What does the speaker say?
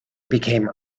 became